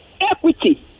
equity